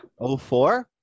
04